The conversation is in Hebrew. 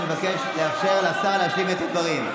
אני מבקש לאפשר לשר להשלים את הדברים.